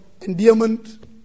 endearment